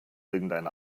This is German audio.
irgendein